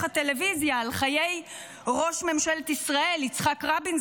הטלוויזיה על חיי ראש ממשלת ישראל יצחק רבין,